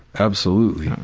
absolutely.